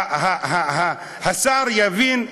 שהשר יבין,